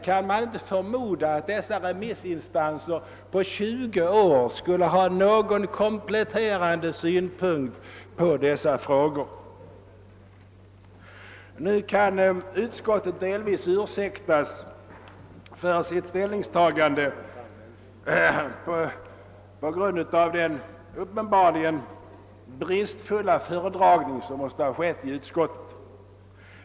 Kan man inte förmoda att dessa remissinstanser efter tjugo år skulle kunna anföra några kompletterande synpunkter på frågan? Nu kan utskottet delvis ursäktas för sitt ställningstagande på grund av den uppenbarligen bristfälliga föredragning som måste ha gjorts i utskottet.